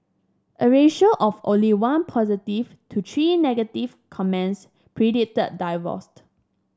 a ratio of only one positive to three negative comments predicted divorce